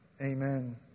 Amen